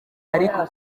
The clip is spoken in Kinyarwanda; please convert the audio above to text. ariko